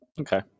Okay